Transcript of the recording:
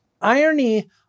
Irony